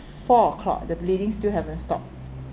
four o'clock the bleeding still haven't stop